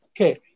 Okay